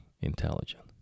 intelligent